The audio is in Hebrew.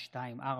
פ/3604/24,